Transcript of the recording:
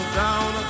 down